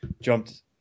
jumped